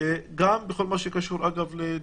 אגב, זה גם בכל מה שקשור לדירקטוריונים.